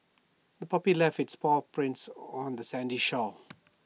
the puppy left its paw prints on the sandy shore